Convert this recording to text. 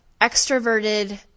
extroverted